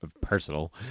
personal